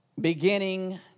Beginning